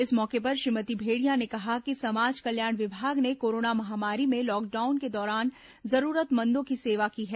इस मौके पर श्रीमती भेंडिया ने कहा कि समाज कल्याण विभाग ने कोरोना महामारी में लॉकडाउन के दौरान जरूरतमंदों की सेवा की है